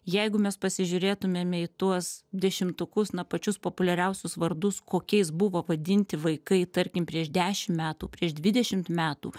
jeigu mes pasižiūrėtumėme į tuos dešimtukus na pačius populiariausius vardus kokiais buvo vadinti vaikai tarkim prieš dešim metų prieš dvidešimt metų